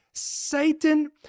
Satan